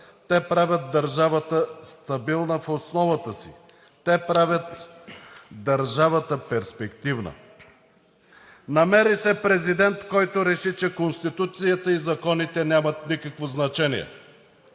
те правят държавата стабилна в основата си, те правят държавата перспективна. Намери се президент, който реши, че Конституцията и законите нямат никакво значение.